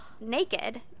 Naked